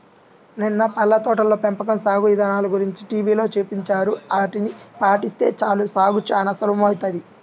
నిన్న పళ్ళ తోటల పెంపకం సాగు ఇదానల గురించి టీవీలో చూపించారు, ఆటిని పాటిస్తే చాలు సాగు చానా సులభమౌతది